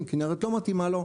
כנרת לא מתאימה לו,